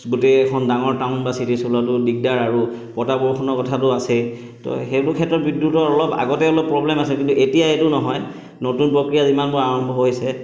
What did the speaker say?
গোটেই এখন ডাঙৰ টাউন বা চিটি চলোৱাটো দিগদাৰ আৰু বতাহ বৰষুণৰ কথাটো আছেই ত' সেইটো ক্ষেত্ৰত বিদ্যুতৰ অলপ আগতে অলপ প্ৰব্লেম আছে কিন্তু এতিয়া এইটো নহয় নতুন প্ৰক্ৰিয়া যিমানবোৰ আৰম্ভ হৈছে